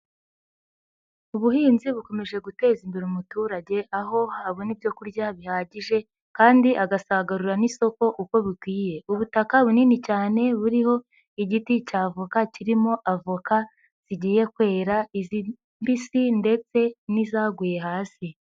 Ubuhinzi bukomeje guteza imbere umuturage, aho abona ibyo kurya bihagije kandi agasagarurira n'isoko uko bikwiye, ubutaka bunini cyane buriho igiti cya voka kirimo avoka zigiye kwera, izi mbisi ndetse n'izaguye hasi.